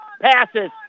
passes